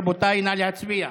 רבותיי, נא להצביע.